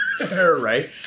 right